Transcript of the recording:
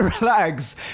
relax